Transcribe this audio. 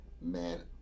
man